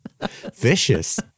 Vicious